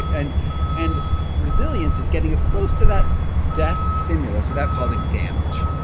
and and resilience is getting as close to that death stimulus without causing damage